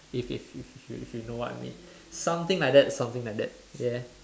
if if if if you know what I mean something like that something like that yeah